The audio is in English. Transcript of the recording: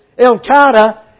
Al-Qaeda